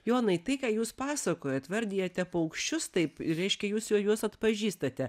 jonai tai ką jūs pasakojat vardijate paukščius taip reiškia jūs jau juos atpažįstate